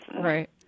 Right